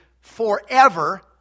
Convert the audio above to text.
forever